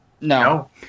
No